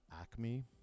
Acme